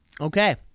Okay